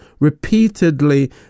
Repeatedly